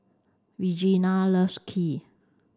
Regena loves Kheer